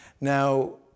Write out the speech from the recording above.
Now